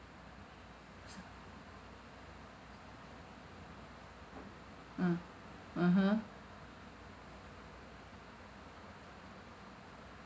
ah (uh huh)